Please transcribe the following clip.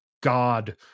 God